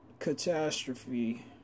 catastrophe